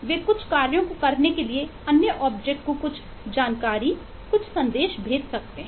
वे कुछ कार्यों को करने के लिए अन्य ऑब्जेक्ट को कुछ जानकारी कुछ संदेश भेज सकते हैं